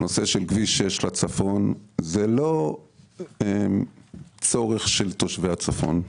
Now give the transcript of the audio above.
נושא כביש 6 לצפון זה לא צורך של תושבי הצפון,